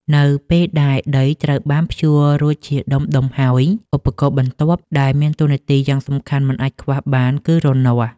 នៅពេលដែលដីត្រូវបានភ្ជួររួចជាដុំៗហើយ ឧបករណ៍បន្ទាប់ដែលមានតួនាទីយ៉ាងសំខាន់មិនអាចខ្វះបានគឺរនាស់។